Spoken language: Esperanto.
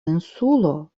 insulo